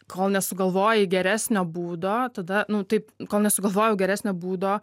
kol nesugalvoji geresnio būdo tada nu taip kol nesugalvojau geresnio būdo